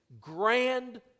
grand